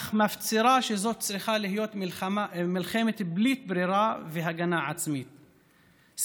אך מפצירה שזאת צריכה להיות מלחמה בלית ברירה והגנה עצמית,